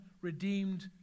redeemed